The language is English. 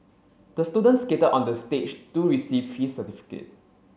the students skated on the stage to receive his certificate